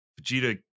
vegeta